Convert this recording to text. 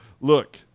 look